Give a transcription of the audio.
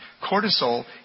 Cortisol